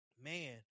man